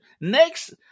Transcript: Next